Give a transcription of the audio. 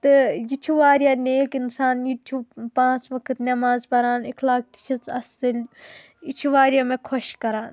تہٕ یہٕ چھُ وارِیاہ نیک اِنسان یہِ تہِ چھُ پانٛژھ وقت نٮ۪ماز پَران اِخلاق تہِ چھِس اَصِل یہِ چھُ وارِیاہ مےٚ خۄش کَران